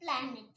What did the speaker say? planet